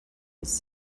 his